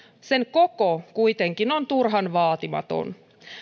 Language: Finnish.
sen koko kuitenkin on turhan vaatimaton